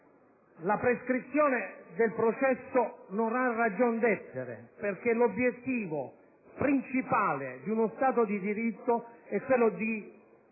La prescrizione del processo non ha ragion d'essere perché l'obiettivo principale di uno Stato di diritto è quello di